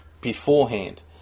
beforehand